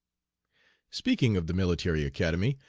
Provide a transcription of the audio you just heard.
speaking of the military academy,